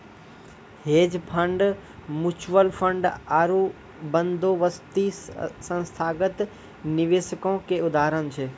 hedge fund, mutual fund आरु बंदोबस्ती संस्थागत निवेशको के उदाहरण छै